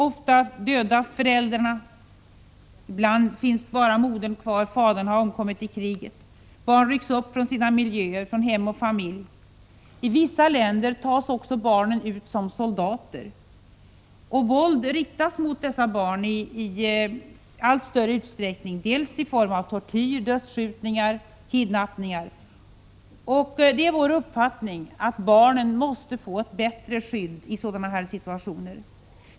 Ofta dödas föräldrarna; ibland finns bara modern kvar — fadern har omkommit i kriget. Barn rycks upp från sina miljöer, från hem och familj. I vissa länder tas också barnen ut som soldater. Våld riktas mot dessa barn i allt större utsträckning, i form av tortyr, dödsskjutningar och kidnappningar. Det är vår uppfattning att barnen måste få ett bättre skydd i dessa situationer.